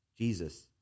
Jesus